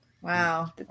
Wow